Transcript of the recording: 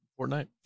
Fortnite